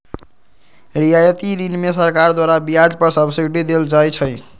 रियायती ऋण में सरकार द्वारा ब्याज पर सब्सिडी देल जाइ छइ